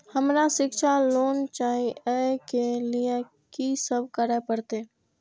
हमरा शिक्षा लोन चाही ऐ के लिए की सब करे परतै?